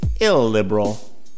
illiberal